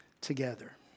together